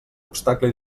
obstacle